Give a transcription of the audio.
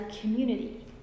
community